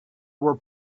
were